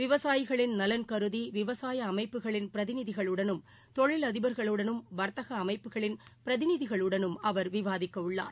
விவசாயிகளின் நலன் கருதி விவசாயஅமைப்புகளின் பிரதிநிதிகளுடனும் தொழிலதிகா்களுடனும் வர்த்தகஅமைப்புகளின் பிரதிநிதகளுடனும் அவர் விவாதிக்கவுள்ளார்